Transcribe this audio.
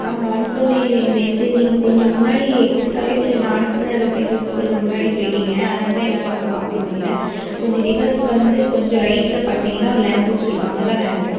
நாங்கள் அனுப்பவே இல்லைங்களே சரி நீங்கள் கொஞ்சம் முன்னாடி எக்ஸஸாகவே கொஞ்சம் நான் அனுப்பின லொக்கேஷன்லருந்து கொஞ்சம் முன்னாடி போயிட்டீங்க அதனால தான் என்னால் உங்களை பார்க்க முடியல கொஞ்சம் ரிவர்ஸ் வந்து கொஞ்சம் ரைட்டில் பார்த்தீங்கன்னா ஒரு லேம் போஸ்ட் இருக்கும் அங்கே தான் நான் இருக்கேன்